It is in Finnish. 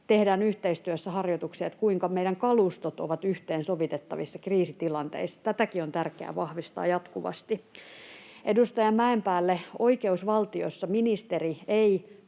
tehdään yhteistyössä harjoituksia, kuinka meidän kalustot ovat yhteensovitettavissa kriisitilanteissa. Tätäkin on tärkeää vahvistaa jatkuvasti. Edustaja Mäenpäälle: Oikeusvaltiossa ministeri ei